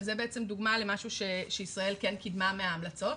וזה דוגמה למשהו שישראל כן קידמה מההמלצות.